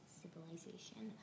civilization